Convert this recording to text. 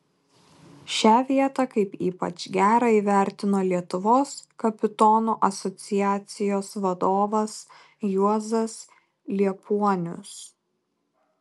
šią vietą kaip ypač gerą įvertino lietuvos kapitonų asociacijos vadovas juozas liepuonius